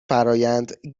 فرآیند